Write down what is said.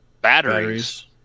batteries